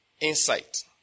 insight